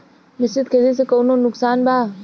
मिश्रित खेती से कौनो नुकसान बा?